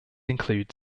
include